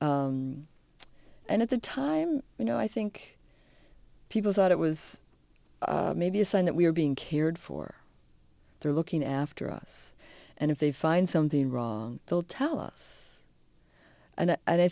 and at the time you know i think people thought it was maybe a sign that we were being cared for they're looking after us and if they find something wrong they'll tell us and i